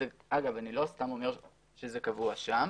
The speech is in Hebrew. אגב, אני לא סתם אומר שזה קבוע שם.